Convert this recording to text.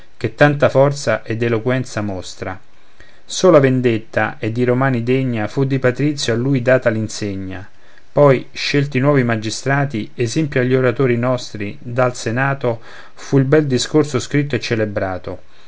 che tanta forza ed eloquenza mostra sola vendetta e di romani degna fu di patrizio a lui data l'insegna poi scelti nuovi magistrati esempio agli oratori nostri dal senato fu il bel discorso scritto e celebrato